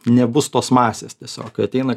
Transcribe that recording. nebus tos masės tiesiog kai ateina